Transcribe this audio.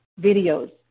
videos